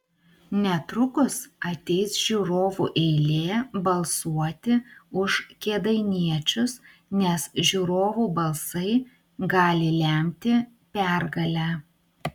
netrukus ateis žiūrovų eilė balsuoti už kėdainiečius nes žiūrovų balsai gali lemti pergalę